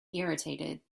irritated